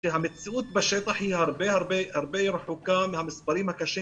שהמציאות בשטח היא הרבה יותר רחוקה מהמספרים הקשים